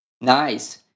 Nice